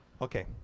Okay